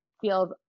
feels